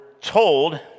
told